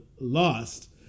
lost